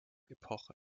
epochen